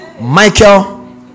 Michael